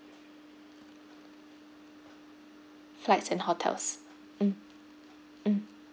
flights and hotels um um